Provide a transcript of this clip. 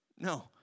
No